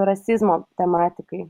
rasizmo tematikai